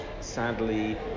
Sadly